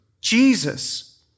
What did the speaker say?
Jesus